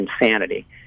insanity